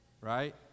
right